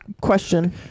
Question